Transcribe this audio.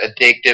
addictive